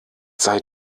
sei